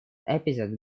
episode